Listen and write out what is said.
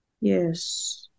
yes